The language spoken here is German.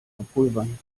verpulvern